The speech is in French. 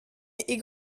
est